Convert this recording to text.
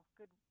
good